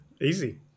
easy